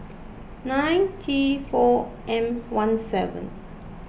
nine T four M one seven